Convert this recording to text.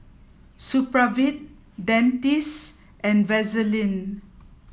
Supravit Dentiste and Vaselin